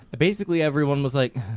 basically, everyone was like